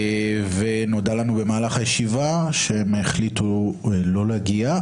ונודע לנו במהלך הישיבה שהם החליטו לא להגיע,